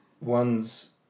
one's